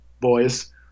boys